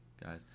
guys